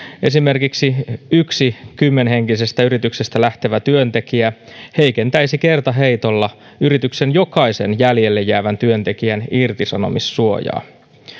esimerkiksi yksi kymmenhenkisestä yrityksestä lähtevä työntekijä heikentäisi kertaheitolla yrityksen jokaisen jäljelle jäävän työntekijän irtisanomissuojaa